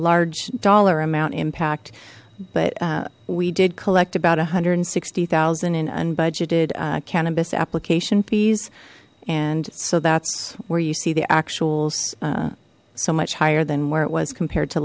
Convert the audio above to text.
large dollar amount impact but we did collect about a hundred and sixty thousand and unbudgeted cannabis application fees and so that's where you see the actuals so much higher than where it was compared to